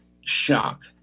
shock